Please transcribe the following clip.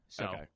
Okay